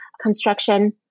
construction